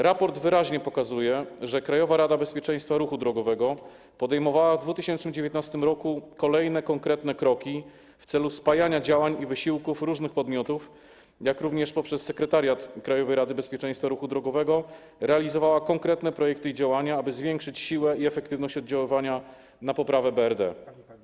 Raport wyraźnie pokazuje, że Krajowa Rada Bezpieczeństwa Ruchu Drogowego podejmowała w 2019 r. kolejne konkretne kroki w celu spajania działań i wysiłków różnych podmiotów, jak również - przez sekretariat Krajowej Rady Bezpieczeństwa Ruchu Drogowego - realizowała konkretne projekty i działania mające na celu zwiększenie siły i efektywność oddziaływania na poprawę BRD.